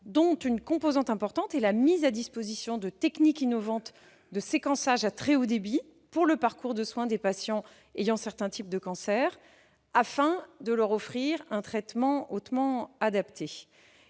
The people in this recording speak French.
dont une composante importante est la mise à disposition des techniques innovantes de séquençage à très haut débit pour le parcours de soins de patients souffrant de certains types de cancers, afin de leur offrir un traitement hautement adapté.